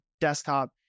desktop